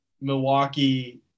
Milwaukee